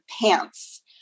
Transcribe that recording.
pants